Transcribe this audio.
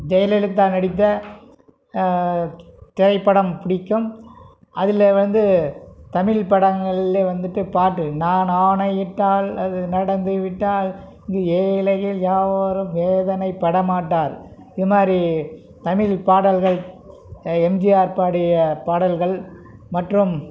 ஜெயலலிதா நடித்த திரைப்படம் பிடிக்கும் அதில் வந்து தமிழ் படங்களிலே வந்துட்டு பாட்டு நான் ஆணை இட்டால் அது நடந்து விட்டால் இங்கு ஏழைகள் யாரும் வேதனை பட மாட்டார் இது மாதிரி தமிழ் பாடல்கள் எம்ஜிஆர் பாடிய பாடல்கள் மற்றும்